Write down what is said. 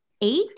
eight